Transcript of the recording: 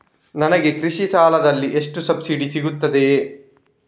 ನನಗೆ ಕೃಷಿ ಸಾಲದಲ್ಲಿ ಎಷ್ಟು ಸಬ್ಸಿಡಿ ಸೀಗುತ್ತದೆ?